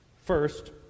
First